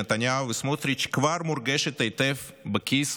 נתניהו וסמוטריץ' כבר מורגשת היטב בכיס